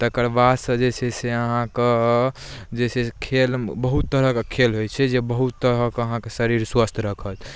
तकरबादसँ जे छै से अहाँके जे छै से खेल बहुत तरहके खेल होइ छै जे बहुत तरहक अहाँके शरीर स्वस्थ रखत